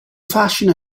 fascino